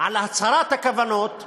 על הצהרת הכוונות,